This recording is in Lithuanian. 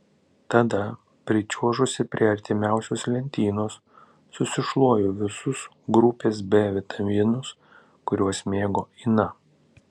tada pričiuožusi prie artimiausios lentynos susišluoju visus grupės b vitaminus kuriuos mėgo ina